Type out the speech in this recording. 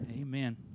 Amen